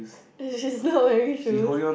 and she's not wearing shoes